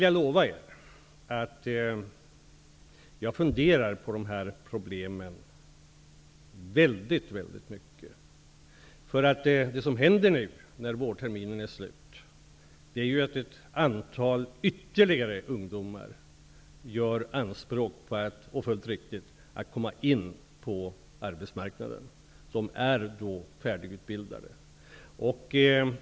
Jag lovar er att jag funderar på dessa problem väldigt mycket. Det som händer när vårterminen är slut är att ytterligare ett antal ungdomar gör, fullt riktigt, anspråk på att komma in på arbetsmarknaden. De är då färdigutbildade.